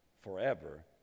forever